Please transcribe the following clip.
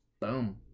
Boom